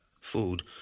Food